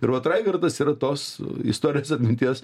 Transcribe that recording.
ir vat raigardas yra tos istorinės atminties